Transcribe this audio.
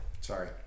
Sorry